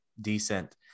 decent